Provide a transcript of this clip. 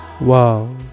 Wow